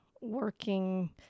working